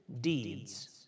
deeds